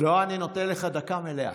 לא, אני נותן לך דקה מלאה.